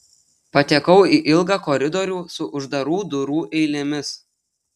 patekau į ilgą koridorių su uždarų durų eilėmis